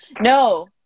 No